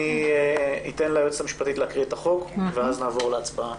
נעבור לקריאת החוק ולהצבעה.